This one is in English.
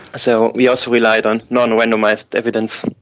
so we also relied on non-randomised evidence.